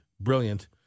brilliant